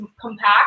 compact